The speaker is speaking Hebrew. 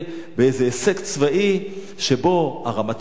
באיזה הישג צבאי שבו הרמטכ"ל,